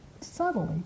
subtly